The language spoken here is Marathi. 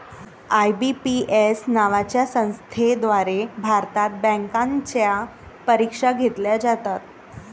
आय.बी.पी.एस नावाच्या संस्थेद्वारे भारतात बँकांच्या परीक्षा घेतल्या जातात